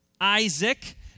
Isaac